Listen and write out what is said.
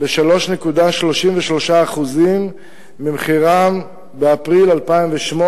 ב-3.33% ממחירם באפריל 2008,